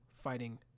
fighting